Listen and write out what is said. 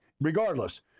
regardless